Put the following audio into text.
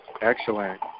Excellent